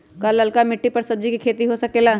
का लालका मिट्टी कर सब्जी के भी खेती हो सकेला?